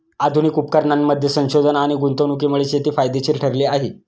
आधुनिक उपकरणांमध्ये संशोधन आणि गुंतवणुकीमुळे शेती फायदेशीर ठरली आहे